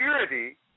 Security